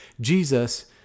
Jesus